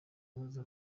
abaza